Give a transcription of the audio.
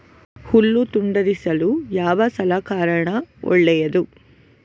ಹುಲ್ಲು ತುಂಡರಿಸಲು ಯಾವ ಸಲಕರಣ ಒಳ್ಳೆಯದು?